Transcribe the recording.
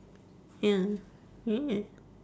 ya yeah